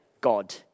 God